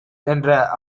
என்ற